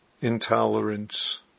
intolerance